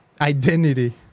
identity